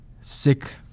sick